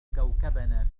كوكبنا